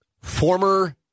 Former